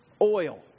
oil